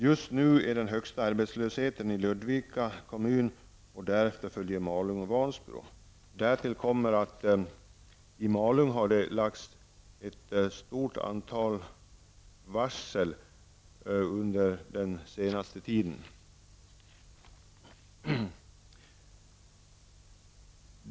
Just nu är den högsta arbetslösheten i Ludvika kommun. Därefter följer Malung och Vansbro. Därtill kommer att i Malung har det lagts ett stort antal varsel under den senaste tiden.